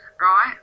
right